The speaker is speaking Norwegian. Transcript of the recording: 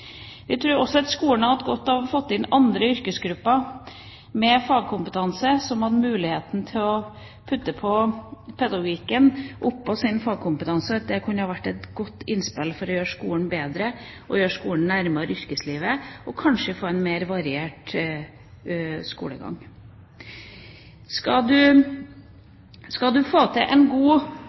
Vi tror også at skolen hadde hatt godt av å få inn andre yrkesgrupper med fagkompetanse, som har mulighet til å putte pedagogikk på sin fagkompetanse, og at det kunne ha vært et godt innspill for å gjøre skolen bedre, bringe den nærmere yrkeslivet, og kanskje få en mer variert skolegang. Skal du få til en god